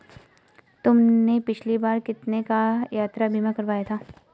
तुमने पिछली बार कितने का यात्रा बीमा करवाया था?